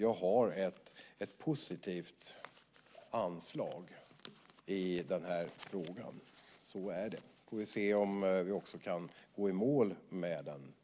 Jag har ett positivt anslag i den här frågan. Så är det. Sedan får vi se om vi också kan gå i mål med den så småningom.